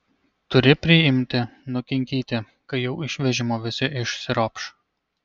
turi priimti nukinkyti kai jau iš vežimo visi išsiropš